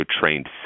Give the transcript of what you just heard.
trained